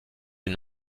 une